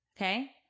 Okay